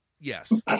Yes